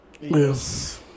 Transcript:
yes